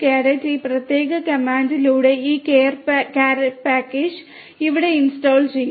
packages caret ഈ പ്രത്യേക കമാൻഡിലൂടെ ഈ കെയർ പാക്കേജ് ഇവിടെ ഇൻസ്റ്റാൾ ചെയ്യും